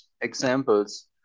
examples